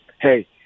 hey